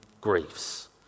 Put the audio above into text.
griefs